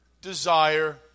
desire